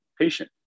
patient